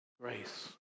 grace